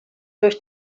durch